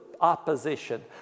opposition